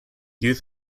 youth